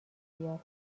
بیاد